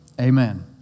Amen